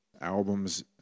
albums